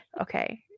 Okay